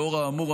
לאור האמור,